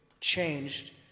changed